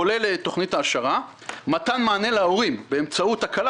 כולל תכנית העזרה; מתן מענה להורים באמצעות הקלה